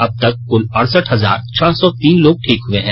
अबतक कल अढ़सठ हजार छह सौ तीन लोग ठीक हुए हैं